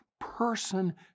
person